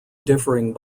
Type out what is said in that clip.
differing